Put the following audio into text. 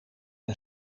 een